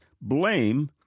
blame